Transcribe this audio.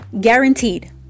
Guaranteed